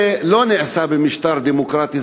זה לא נעשה במשטר דמוקרטי.